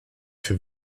für